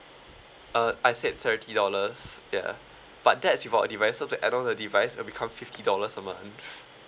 uh I said thirty dollars ya but that's without a device so to add on a device will become fifty dollars a month